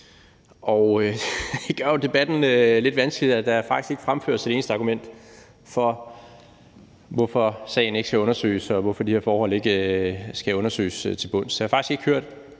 Og det gør jo debatten lidt vanskelig, at der faktisk ikke fremføres et eneste argument for, hvorfor sagen ikke skal undersøges, og hvorfor de her forhold ikke skal undersøges til bunds. Jeg har faktisk ikke hørt